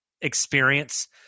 experience